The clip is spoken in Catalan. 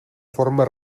forma